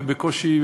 ובקושי,